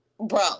Bro